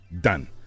done